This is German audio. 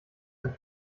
ein